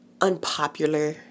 unpopular